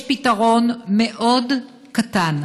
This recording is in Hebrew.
יש פתרון מאוד קטן